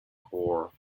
core